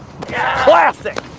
Classic